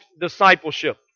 discipleship